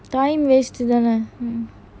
time wasted தான:thaana